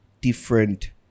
different